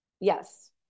Yes